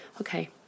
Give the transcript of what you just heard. okay